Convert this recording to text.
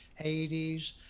80s